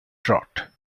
drought